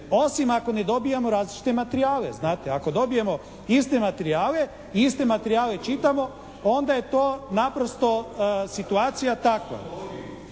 osim ako ne dobijamo različite materijale. Znate ako dobijemo iste materijale i iste materijale čitamo onda je to naprosto situacija takva.